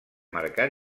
marcar